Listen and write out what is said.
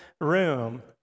room